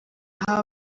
aho